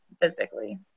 physically